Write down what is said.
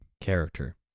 Character